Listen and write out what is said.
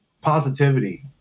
positivity